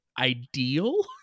ideal